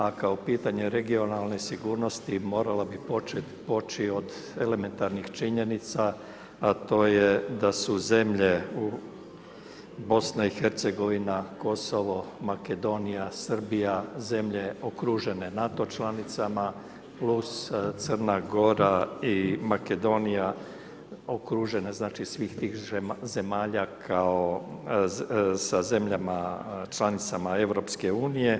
A kao pitanje regionalne sigurnosti morala bi poći od elementarnih činjenica a to je da su zemlje BiH-a, Kosovo, Makedonije, Srbija, zemlje okružene NATO članicama plus Crna Gora i Makedonija okružene, znači svih tih zemalja kao sa zemljama članicama EU.